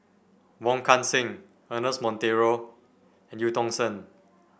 Wong Kan Seng Ernest Monteiro and Eu Tong Sen